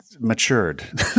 matured